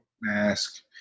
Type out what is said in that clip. mask